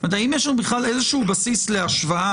האם יש לנו בכלל איזשהו בסיס להשוואה,